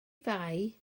fai